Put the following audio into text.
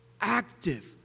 active